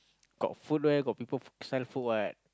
got food where got people sell food what